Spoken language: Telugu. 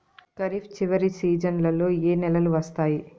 ఖరీఫ్ చివరి సీజన్లలో ఏ నెలలు వస్తాయి?